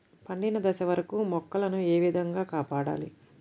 పండిన దశ వరకు మొక్కల ను ఏ విధంగా కాపాడాలి?